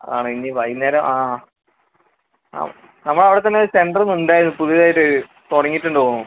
അതാണ് ഇനി വൈകുന്നേരം ആ നമ്മള അവിടെത്തന്നെ സെൻറ്ററും ഉണ്ടായി പുതിയത് ആയിട്ട് ഒരു തുടങ്ങിയിട്ട് ഉണ്ട് തോന്നുന്നു